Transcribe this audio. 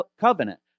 covenant